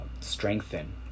strengthen